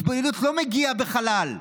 התבוללות לא מגיעה בחלל,